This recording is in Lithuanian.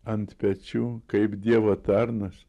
ant pečių kaip dievo tarnas